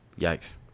Yikes